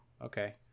okay